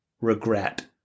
regret